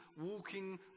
walking